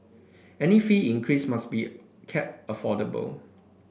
any fee increase must be kept affordable